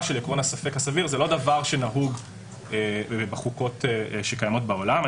של עיקרון הספק הסביר הוא לא דבר שנהוג בחוקות שקיימות בעולם.